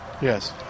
Yes